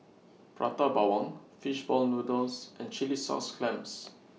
Prata Bawang Fish Ball Noodles and Chilli Sauce Clams